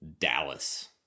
Dallas